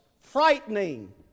frightening